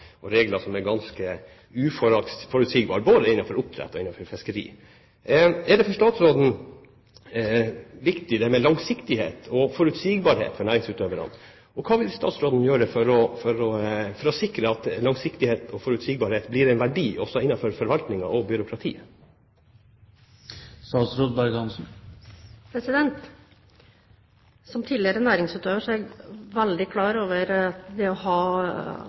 er ganske uforutsigbare – både innenfor oppdrett og innenfor fiskeri. Er det for statsråden viktig med langsiktighet og forutsigbarhet for næringsutøverne? Og: Hva vil statsråden gjøre for å sikre at langsiktighet og forutsigbarhet blir en verdi også innenfor forvaltningen og byråkratiet? Som tidligere næringsutøver er jeg veldig klar over at det å ha